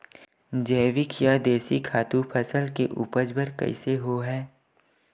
जैविक या देशी खातु फसल के उपज बर कइसे होहय?